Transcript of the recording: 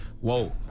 Whoa